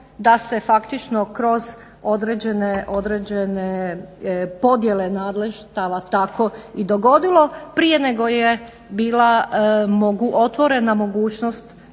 da se faktično kroz određene podjele nadleštava tako i dogodilo prije nego je bila otvorena mogućnost